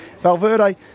Valverde